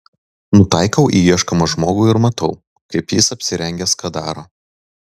nutaikau į ieškomą žmogų ir matau kaip jis apsirengęs ką daro